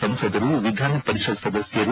ಸಂಸದರು ವಿಧಾನ ಪರಿಷತ್ ಸದಸ್ಟರು